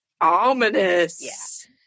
Ominous